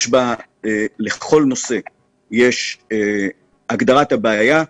ולכל נושא יש הגדרת הבעיה,